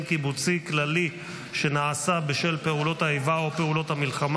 אנחנו נעבור לנושא הבא שעל סדר-היום,